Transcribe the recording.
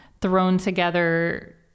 thrown-together